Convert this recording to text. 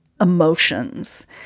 emotions